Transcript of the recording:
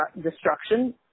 destruction